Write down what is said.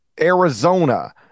arizona